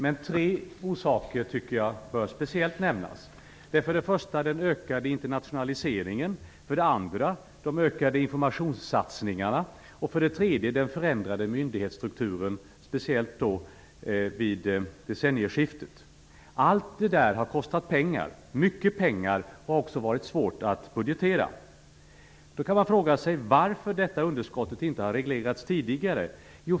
Jag tycker dock att tre saker bör nämnas speciellt. För det första är det den ökade internationaliseringen. För det andra är det de ökade informationssatsningarna. För det tredje är det den förändrade myndighetsstrukturen., speciellt vid decennieskiftet. Allt detta har kostat pengar, mycket pengar, och det har varit svårt att budgetera. Man kan då fråga sig varför detta underskott inte har reglerats tidigare.